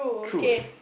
true what